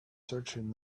searching